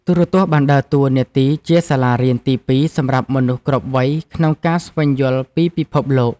ទូរទស្សន៍បានដើរតួនាទីជាសាលារៀនទីពីរសម្រាប់មនុស្សគ្រប់វ័យក្នុងការស្វែងយល់ពីពិភពលោក។